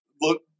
look